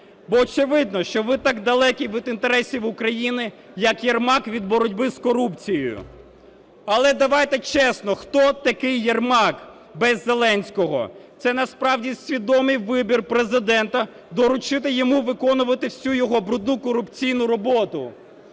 бо очевидно, що ви так далекі від інтересів України, як Єрмак від боротьби з корупцією. Але давайте чесно: хто такий Єрмак без Зеленського? Це насправді свідомий вибір Президента – доручити йому виконувати всю його брудну корупційну роботу.